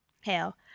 hell